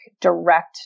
direct